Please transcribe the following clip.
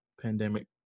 pandemic